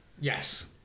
yes